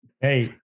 Hey